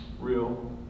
real